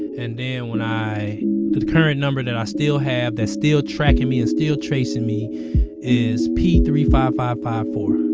and then and when i the current number that i still have that still tracking me and still tracing me is p three five five five four